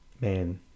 Man